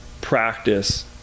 practice